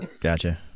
Gotcha